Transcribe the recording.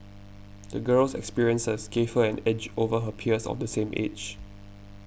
the girl's experiences gave her an edge over her peers of the same age